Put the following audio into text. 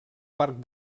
parc